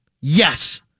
Yes